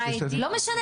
לא משנה,